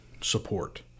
support